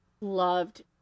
loved